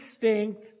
distinct